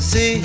See